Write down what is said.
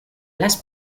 las